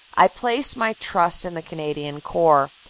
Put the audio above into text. i place my trust in the canadian corps,